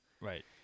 right